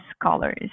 scholars